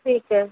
ठीक है